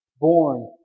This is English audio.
Born